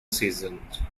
seasons